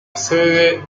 sede